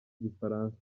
igifaransa